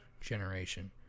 generation